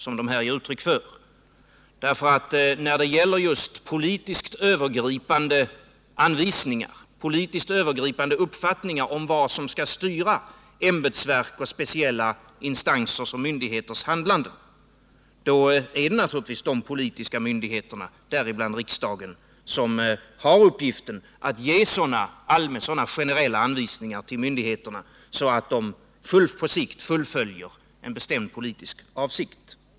I fråga om just politiskt övergripande uppfattningar om vad som skall styra ämbetsverks och speciella instansers och myndigheters handlande är det naturligtvis de politiska myndigheterna, däribland riksdagen, som har uppgiften att ge sådana generella anvisningar till myndigheter att de på sikt fullföljer en bestämd politisk avsikt.